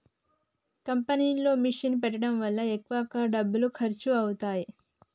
కంపెనీలో మిషన్ పెట్టడం వల్ల ఎక్కువ డబ్బులు ఖర్చు అవుతాయి